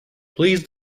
please